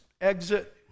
exit